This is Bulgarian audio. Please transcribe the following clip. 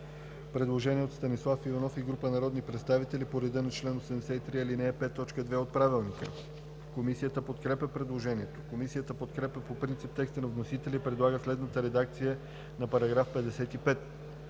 представител Станислав Иванов и група народни представители по реда на чл. 83, ал. 5, т. 2 от Правилника. Комисията подкрепя предложението. Комисията подкрепя по принцип текста на вносителя и предлага следната редакция за § 36: „§ 36.